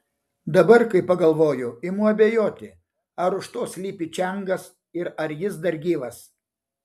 dabar kai pagalvoju imu abejoti ar už to slypi čiangas ir ar jis dar gyvas